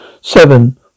Seven